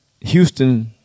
Houston